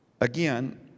Again